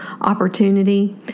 opportunity